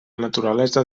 naturalesa